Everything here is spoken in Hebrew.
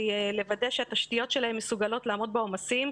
לוודא שהתשתיות שלהם מסוגלות לעמוד בעומסים.